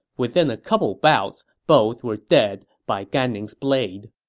within a couple bouts, both were dead by gan ning's blade.